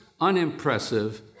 unimpressive